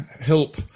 help